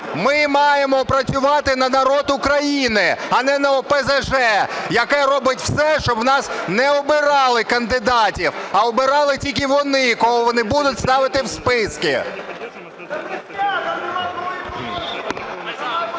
Ми маємо працювати на народ України, а не на ОПЗЖ, яке робить все, щоб у нас не обирали кандидатів, а обирали тільки вони, кого вони будуть ставити в списки.